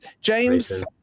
James